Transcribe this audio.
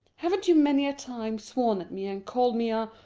haven't you many a time sworn at me and called me a?